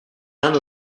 none